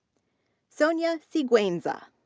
sonia siguenza.